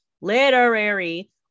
literary